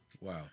wow